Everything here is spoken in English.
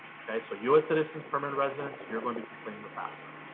okay so us citizens, permanent residents, you're going to be completing the fafsa.